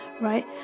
right